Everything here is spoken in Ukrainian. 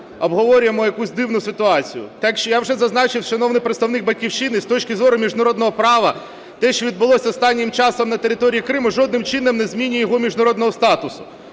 обговорюємо якусь дивну ситуацію. Як вже зазначив шановний представник "Батьківщини", з точки зору міжнародного права те, що відбулося останнім часом на території Криму, жодним чином не змінює його міжнародного статусу.